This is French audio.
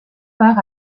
part